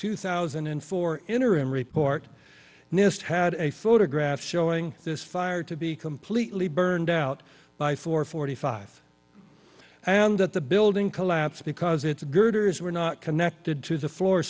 two thousand and four interim report nist had a photograph showing this fire to be completely burned out by four forty five and that the building collapse because it's girders were not connected to the floor